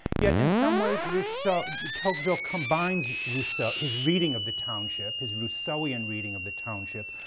yet, in some ways, rousseau tocqueville combines rousseau his reading of the township, his rousseauian reading of the township,